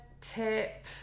tip